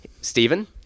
Stephen